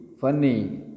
funny